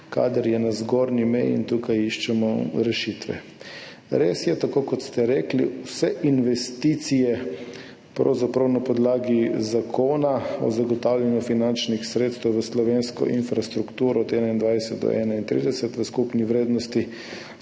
deluje, je na zgornji meji in tukaj iščemo rešitve. Res je, tako kot ste rekli, vse investicije, vse zadeve na podlagi Zakona o zagotavljanju finančnih sredstev v slovensko infrastrukturo od 2021 do 2031 v skupni vrednosti